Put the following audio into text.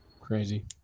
Crazy